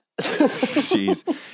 Jeez